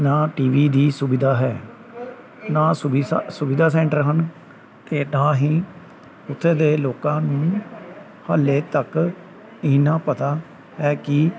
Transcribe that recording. ਨਾ T V ਦੀ ਸੁਵਿਧਾ ਹੈ ਨਾ ਸੁਵਿਸਾ ਸੁਵਿਧਾ ਸੈਂਟਰ ਹਨ ਅਤੇ ਨਾ ਹੀ ਉੱਥੇ ਦੇ ਲੋਕਾਂ ਨੂੰ ਹਾਲੇ ਤੱਕ ਇਹ ਨਾ ਪਤਾ ਹੈ ਕਿ